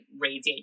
radiate